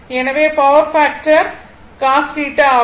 எனவே power factor cos θ ஆகும்